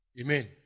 Amen